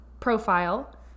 profile